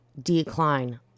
decline